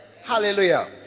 Hallelujah